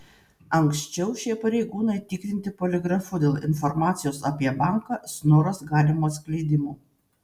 anksčiau šie pareigūnai tikrinti poligrafu dėl informacijos apie banką snoras galimo atskleidimo